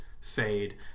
Fade